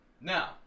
Now